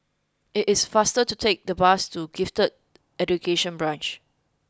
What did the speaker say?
it is faster to take the bus to Gifted Education Branch